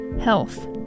health